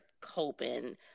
coping